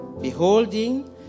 beholding